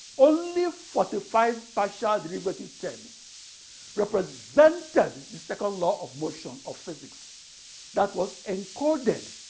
only ah forty-five partial derivative terms represented the second law of motion of physics that was encoded